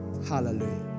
Hallelujah